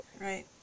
Right